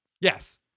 yes